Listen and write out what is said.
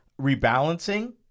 rebalancing